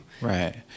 Right